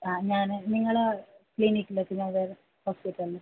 ആ ഞാൻ നിങ്ങളെ ക്ലിനിക്കിലേക്ക് ഞാൻ വരാം ഹോസ്പിറ്റലിൽ